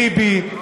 טיבי,